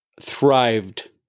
thrived